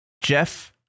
Jeff